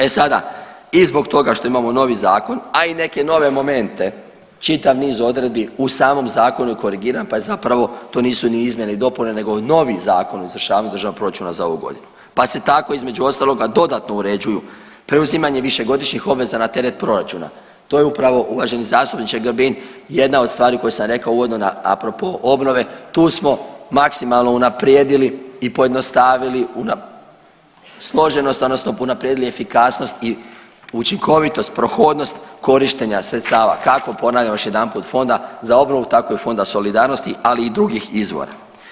E sada, i zbog toga što imamo novi zakon, a i neke nove momente čitav niz odredbi, u samom zakonu je korigiran pa zapravo to nisu ni izmjene ni dopune nego novi zakon o izvršavanju državnog proračuna za ovu godinu pa se tako između ostalog dodatno uređuju preuzimanje višegodišnjih obveza na teret proračuna, to je upravo uvaženi zastupniče Grbin, jedna od stvari koje sam rekao a propos obnove, tu smo maksimalno unaprijedili i pojednostavili složenost odnosno unaprijedili efikasnost i učinkovitost, prohodnost korištenja sredstava, kako ponavljam još jedanput, Fonda za obnovu, tako i Fonda solidarnosti ali i drugih izvora.